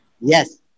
Yes